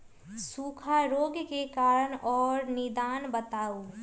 सूखा रोग के कारण और निदान बताऊ?